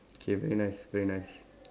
K very nice very nice